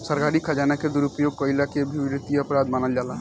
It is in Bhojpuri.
सरकारी खजाना के दुरुपयोग कईला के भी वित्तीय अपराध मानल जाला